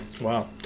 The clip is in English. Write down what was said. Wow